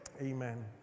Amen